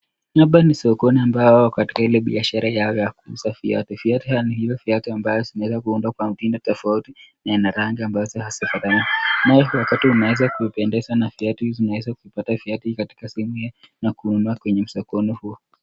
Hapa ni sokoni mbayo wako katika ile biashara ya kuuza viatu, yaani ile fiatu ambayo imeeza kuundwa kwa mtindo tofauti, yana rangi ambazo hazifanani, wakati zimeeza kupendeza na wakati umeeza kupata viatu hii katika sehemu hiyo na kununua kwenye sokoni huo.